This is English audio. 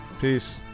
Peace